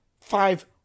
five